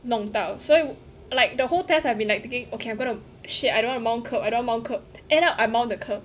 弄到所以 like the whole test I've been like thinking okay I'm going to shit I don't want to mount curb I don't want mount curb end up I mount the curb